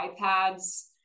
iPads